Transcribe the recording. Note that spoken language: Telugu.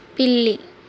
పిల్లి